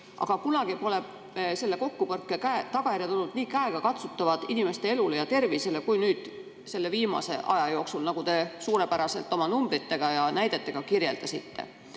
aga kunagi pole selle kokkupõrke tagajärjed olnud nii käegakatsutavad inimeste elule ja tervisele kui nüüd selle viimase aja jooksul, mida te suurepäraselt oma numbrite ja näidete abil kirjeldasite.